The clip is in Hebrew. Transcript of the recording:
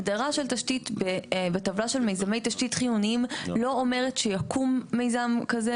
הגדרה של תשתית בטבלה של מיזמי תשתית חיוניים לא אומרת שיקום מיזם כזה,